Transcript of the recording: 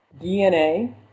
DNA